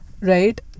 right